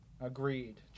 Agreed